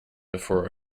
before